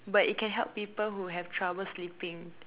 but it can help people who have trouble sleeping